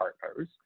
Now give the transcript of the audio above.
partners